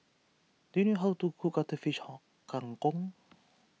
do you know how to cook Cuttlefish Kang Kong